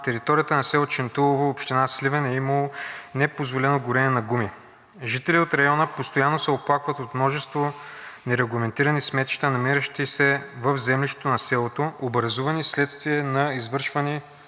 територията на село Чинтулово, община Сливен, е имало непозволено горене на гуми. Жители от района постоянно се оплакват от множество нерегламентирани сметища, намиращи се в землището на селото, образувани вследствие на извършване